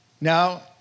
Now